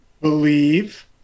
Believe